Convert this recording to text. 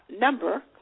number